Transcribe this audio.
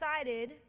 excited